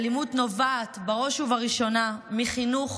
אלימות נובעת בראש ובראשונה מחינוך